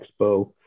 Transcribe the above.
Expo